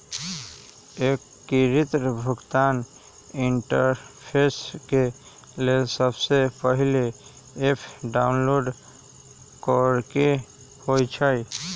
एकीकृत भुगतान इंटरफेस के लेल सबसे पहिले ऐप डाउनलोड करेके होइ छइ